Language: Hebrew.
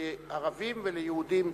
לערבים וליהודים,